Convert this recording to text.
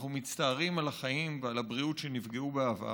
אנחנו מצטערים על החיים ועל הבריאות שנפגעו בעבר,